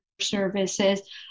services